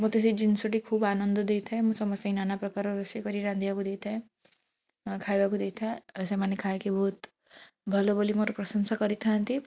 ମୋତେ ସେ ଜିନିଷଟି ଖୁବ୍ ଆନନ୍ଦ ଦେଇଥାଏ ମୁଁ ସମସ୍ତଙ୍କୁ ନାନାପ୍ରକାର ରୋଷେଇ କରି ରାନ୍ଧିବାକୁ ଦେଇଥାଏ ଖାଇବାକୁ ଦେଇଥାଏ ସେମାନେ ଖାଇକି ବହୁତ ଭଲ ବୋଲି ମୋର ପ୍ରଶଂସା କରିଥାଆନ୍ତି